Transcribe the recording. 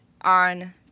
On